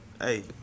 Hey